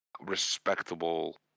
respectable